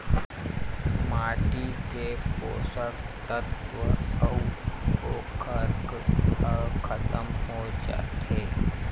माटी के पोसक तत्व अउ उरवरक ह खतम हो जाथे